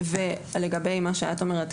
לגבי מה שאת אומרת,